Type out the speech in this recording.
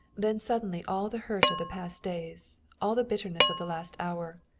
then suddenly all the hurt of the past days, all the bitterness of the last hour,